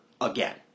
again